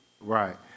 right